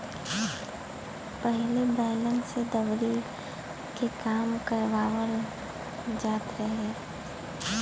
पहिले बैलन से दवरी के काम करवाबल जात रहे